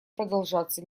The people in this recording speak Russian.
продолжаться